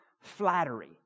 flattery